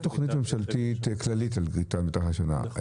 תוכנית ממשלתית כללית על גריטה --- נכון.